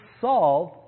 solve